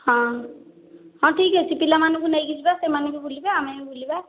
ହଁ ହଁ ଠିକ୍ ଅଛି ପିଲାମାନଙ୍କୁ ନେଇକି ଯିବା ସେମାନେ ବିି ବୁଲିବେ ଆମେ ବି ବୁଲିବା